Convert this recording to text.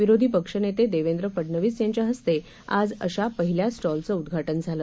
विरोधीपक्षनेतेदेवेंद्रफडनवीसयांच्याहस्तेआजअशापहिल्यास्टॉलचंउदघाटनझालं